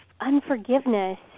unforgiveness